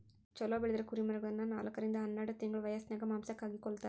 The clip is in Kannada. ಚೊಲೋ ಬೆಳದಿರೊ ಕುರಿಮರಿಗಳನ್ನ ನಾಲ್ಕರಿಂದ ಹನ್ನೆರಡ್ ತಿಂಗಳ ವ್ಯಸನ್ಯಾಗ ಮಾಂಸಕ್ಕಾಗಿ ಕೊಲ್ಲತಾರ